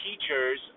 teachers